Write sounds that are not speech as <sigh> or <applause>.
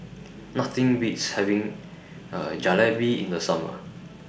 Nothing Beats having <hesitation> Jalebi in The Summer